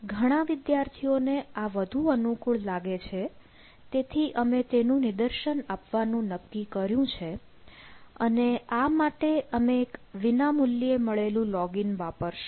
ઘણા વિદ્યાર્થીઓ ને આ વધુ અનુકૂળ લાગે છે તેથી અમે તેનું નિદર્શન આપવાનું નક્કી કર્યું છે અને આ માટે અમે એક વિના મૂલ્યે મળેલું લોગ ઇન વાપરશું